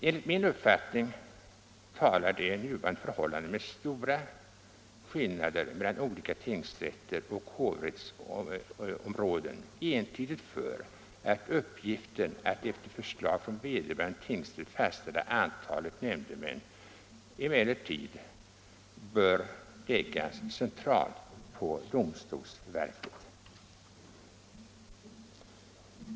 Enligt min uppfattning talar de nuvarande förhållandena med stora skillnader mellan olika tingsrätter och hovrättsområden entydigt för att uppgiften att efter förslag från vederbörande tingsrätt fastställa antalet nämndemän i tingsrätt bör läggas centralt i domstolsverket.